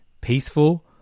peaceful